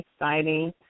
exciting